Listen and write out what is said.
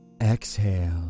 Exhale